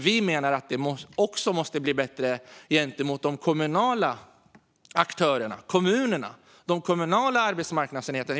Vi menar dock att det också måste bli bättre gentemot de kommunala aktörerna, kommunerna och de kommunala arbetsmarknadsenheterna.